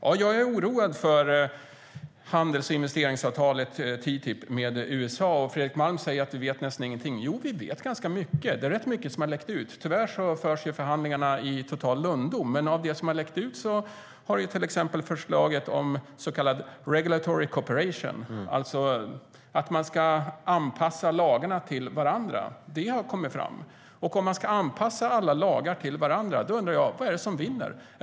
Ja, jag är oroad över handels och investeringsavtalet TTIP med USA. Fredrik Malm säger att vi inte vet nästan någonting. Jo, vi vet ganska mycket, för det har läckt ut. Tyvärr förs förhandlingarna i total lönndom, men av det som läckt ut framgår att förslaget om så kallad regulatory cooperation, att man ska anpassa lagarna till varandra, har tagits fram. Om man ska anpassa alla lagar till varandra blir frågan vad det är som kommer att gälla.